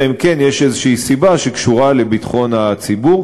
אלא אם כן יש איזושהי סיבה שקשורה לביטחון הציבור,